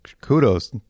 Kudos